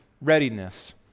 readiness